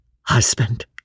husband